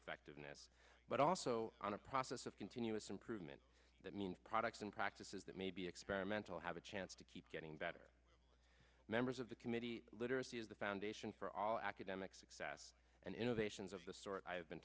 effectiveness but also on a process of continuous improvement that means products and practices that may be experimental have a chance to keep getting better members of the committee literacy is the foundation for all academic success and innovations of the